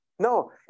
No